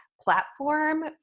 platform